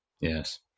Yes